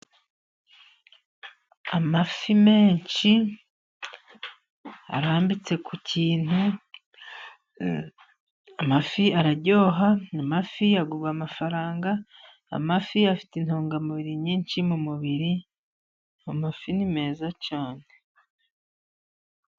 Amafi menshi arambitse ku kintu. Amafi araryoha, amafi aguha amafaranga, amafi afite intungamubiri nyinshi mu mubiri. Amafi ni meza cyane.